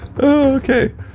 Okay